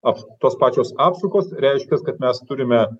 aps tos pačios apsukos reiškias kad mes turime